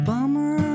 Bummer